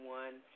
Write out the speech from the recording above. one